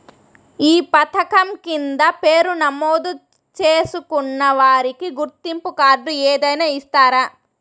ఈ పథకం కింద పేరు నమోదు చేసుకున్న వారికి గుర్తింపు కార్డు ఏదైనా ఇస్తారా?